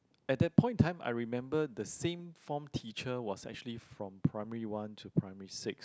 at that point in time I remember the same form teacher was actually from primary one to primary six